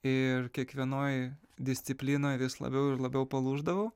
ir kiekvienoj disciplinoj vis labiau ir labiau palūždavau